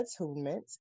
attunement